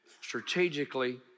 strategically